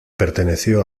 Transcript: perteneció